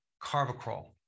carvacrol